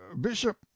Bishop